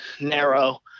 narrow